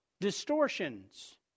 Distortions